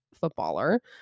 footballer